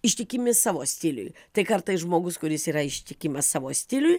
ištikimi savo stiliui tai kartais žmogus kuris yra ištikimas savo stiliui